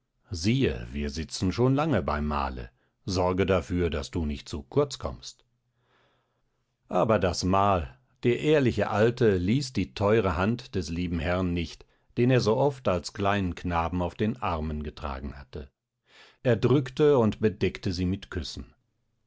siehe wir sitzen schon lange beim mahle sorge dafür daß du nicht zu kurz kommst aber das mahl der ehrliche alte ließ die teure hand des lieben herrn nicht den er so oft als kleinen knaben auf den armen getragen hatte er drückte und bedeckte sie mit küssen